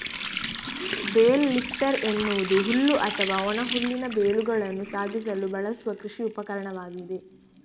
bale lifter ಎನ್ನುವುದು ಹುಲ್ಲು ಅಥವಾ ಒಣ ಹುಲ್ಲಿನ ಬೇಲುಗಳನ್ನು ಸಾಗಿಸಲು ಬಳಸುವ ಕೃಷಿ ಉಪಕರಣವಾಗಿದೆ